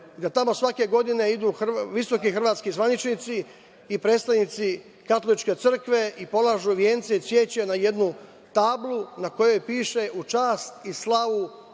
jer tamo svake godine idu visoki hrvatski zvaničnici i predstavnici katoličke crkve i polažu vence i cveće na jednu tablu na kojoj piše – u čast i slavu